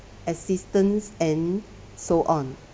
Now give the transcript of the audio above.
assistance and so on